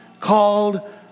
called